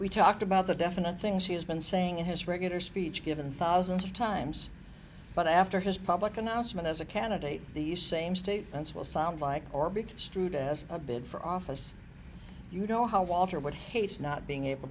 we talked about the definite things he has been saying in his regular speech given thousands of times but after his public announcement as a candidate these same statements will sound like or big strewed as a bid for office you know how walter would hate not being able